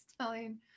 telling